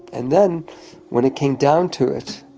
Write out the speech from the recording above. and then when it came down to it,